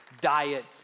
diet